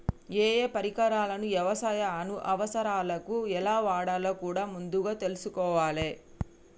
ఏయే పరికరాలను యవసాయ అవసరాలకు ఎలా వాడాలో కూడా ముందుగా తెల్సుకోవాలే